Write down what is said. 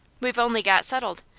we've only got settled.